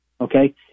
Okay